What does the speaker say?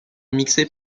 mixé